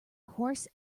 horse